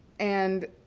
and,